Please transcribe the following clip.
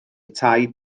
tai